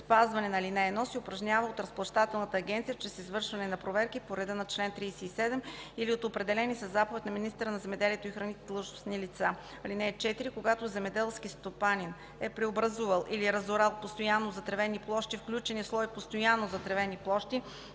спазване на ал. 1 се упражнява от Разплащателната агенция чрез извършване на проверки по реда на чл. 37 или от определени със заповед на министъра на земеделието и храните длъжностни лица. (4) Когато земеделски стопанин е преобразувал или разорал постоянно затревена площ, включена в слой „Постоянно затревени площи”,